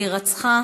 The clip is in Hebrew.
בהירצחה